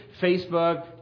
Facebook